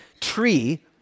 Tree